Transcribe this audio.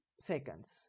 seconds